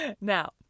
Now